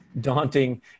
daunting